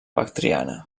bactriana